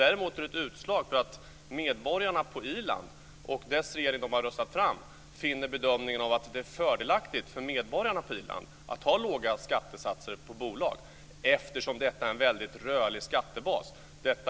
Däremot är det ett utslag för att medborgarna på Irland och den regering som de har röstat fram gör den bedömningen att det är fördelaktigt för medborgarna på Irland att ha låga skattesatser på bolag, eftersom detta är en väldigt rörlig skattebas.